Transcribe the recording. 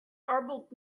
garbled